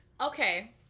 Okay